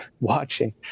watching